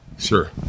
Sure